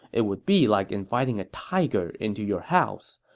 it would be like inviting a tiger into your house.